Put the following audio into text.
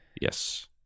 yes